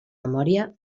memòria